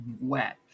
wet